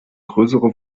größere